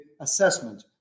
assessment